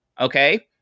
Okay